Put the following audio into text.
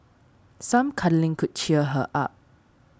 some cuddling could cheer her up